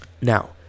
now